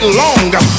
longer